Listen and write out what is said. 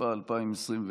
התשפ"א 2021,